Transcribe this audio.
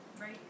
right